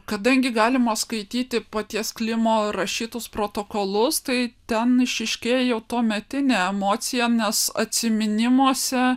kadangi galima skaityti paties klimo rašytus protokolus tai ten išryškėja jau tuometinė emocija nes atsiminimuose